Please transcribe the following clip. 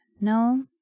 no